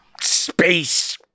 space